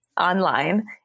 online